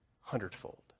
hundredfold